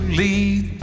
lead